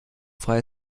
freie